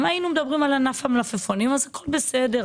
אם היינו מדברים על ענף המלפפונים אז הכול בסדר,